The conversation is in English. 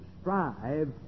strive